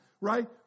right